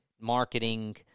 marketing